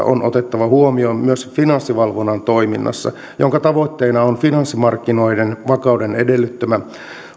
on otettava huomioon myös finanssivalvonnan toiminnassa jonka tavoitteena on finanssimarkkinoiden vakauden edellyttämä